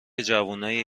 جوونای